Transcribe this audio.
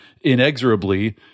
inexorably